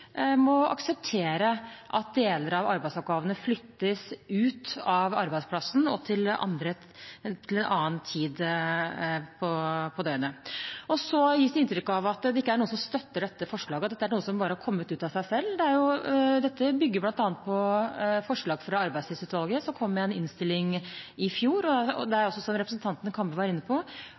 deler av arbeidsoppgavene flyttes ut fra arbeidsplassen og til en annen tid på døgnet. Det gis inntrykk av at det ikke er noen som støtter dette forslaget, og at dette er noe som har kommet ut av seg selv. Dette bygger bl.a. på forslag fra Arbeidstidsutvalget, som kom med en innstilling i fjor. Det er også, som representanten Kambe var inne på,